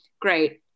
great